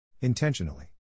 Intentionally